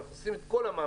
אנחנו עושים את כל המאמצים,